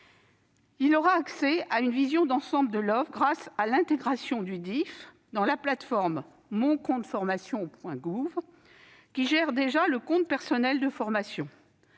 Il aura accès à une vision d'ensemble de l'offre grâce à l'intégration du DIFE dans la plateforme « moncompteformation.gouv.fr », qui gère déjà le compte personnel de formation.